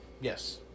yes